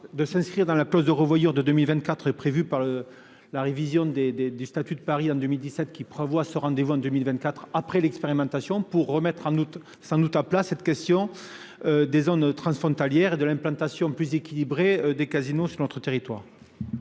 de s'inscrire dans la clause de revoyure de 2024 est prévu par. La révision des des des statuts de Paris en 2017 qui prévoit ce rendez-vous en 2024 après l'expérimentation pour remettre en doute, sans doute à plat cette question. Des zones transfrontalières et de l'implantation plus équilibrée des casinos sur notre territoire.